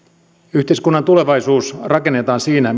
yhteiskunnan tulevaisuus rakennetaan siinä